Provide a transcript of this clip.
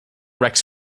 rex